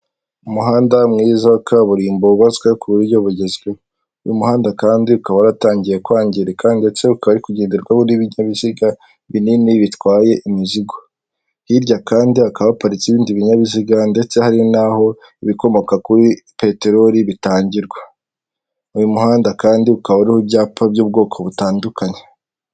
Umuhanda mwiza wa kaburimbo wubatswe ku buryo bugezweho, uyu muhanda kandi ukaba waratangiye kwangirika ndetse ukaba uri kugenderwaho n'ibinyabiziga binini bitwaye imizigo, hirya kandi hakaba haparitse ibindi binyabiziga ndetse hari n'aho ibikomoka kuri peteroli bitangirwa, uyu muhanda kandi ukaba iriho ibyapa by'ubwoko butandukanye.